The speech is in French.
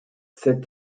cette